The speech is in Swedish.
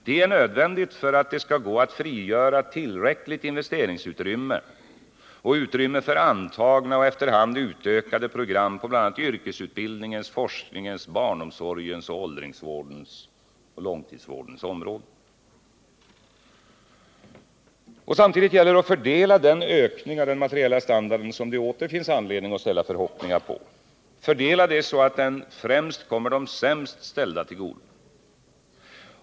Det är nödvändigt för att det skall gå att frigöra tillräckligt investeringsutrymme och utrymme för antagna och efter hand utökade program på bl.a. yrkesutbildningens, forskningens, barnomsorgens, åldringsoch långtidsvårdens områden. Det gäller samtidigt att fördela den ökning av den materiella standarden som det åter finns anledning att ställa förhoppningar på, och fördela den så att den främst kommer de sämst ställda till godo.